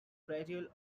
cradle